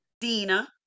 Dina